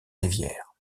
rivières